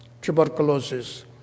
tuberculosis